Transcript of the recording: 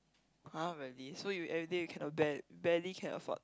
[huh] really so you everyday you can not bared barely can afford